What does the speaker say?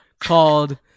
called